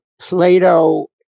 Plato